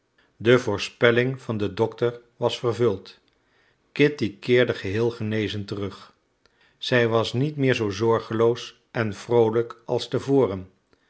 de voorspelling van den dokter was vervuld kitty keerde geheel genezen terug zij was niet meer zoo zorgeloos en vroolijk als